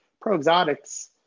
pro-exotics –